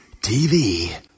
TV